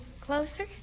closer